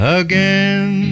again